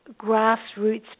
grassroots